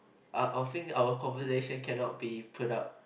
I'll I'll think that our conversation cannot be product